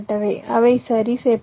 அவை சரி செய்யப்பட்டுள்ளன